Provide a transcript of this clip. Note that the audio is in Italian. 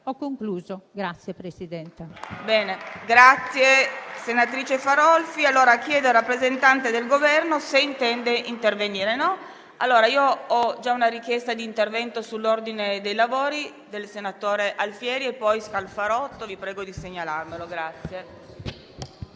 Ho concluso. Grazie, Presidente.